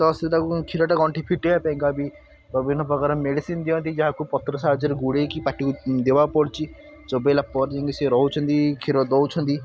ତ ସେ ତାକୁ କ୍ଷୀରଟା ଗଣ୍ଠି ଫିଟେଇବା ପାଇଁକା ବି ବିଭିନ୍ନ ପ୍ରକାର ମେଡ଼ିସିନ୍ ଦିଅନ୍ତି ଯାହାକୁ ପତ୍ର ସାହାଯ୍ୟରେ ଗୁଡ଼େଇକି ପାଟିକୁ ଦେବାକୁ ପଡୁଛି ଚୋବେଇଲା ପରେ ଯାଇକି ସିଏ ରହୁଛନ୍ତି କ୍ଷୀର ଦେଉଛନ୍ତି